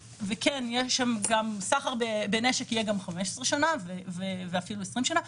עונש על סחר בנשק יהיה גם 15 שנים ואפילו 20 שנים,